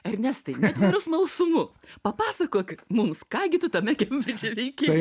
ernestai netveriu smalsumu papasakok mums ką gi tu tame kembridže veikei